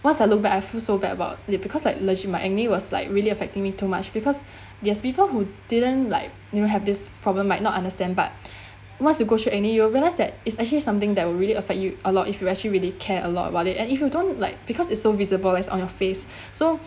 Once I look back I feel so bad about it because like legit my acne was like really affecting me too much because there's people who didn't like have this problem might not understand but once you go through any you will realize that it's actually something that would really affect you a lot if you actually really care a lot about it and if you don't like because it's so visible as on your face so